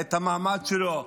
את המעמד שלו,